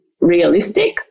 realistic